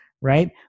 right